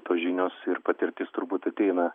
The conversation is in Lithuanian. tos žinios ir patirtis turbūt ateina